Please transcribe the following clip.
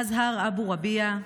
אזהר אבו רביע,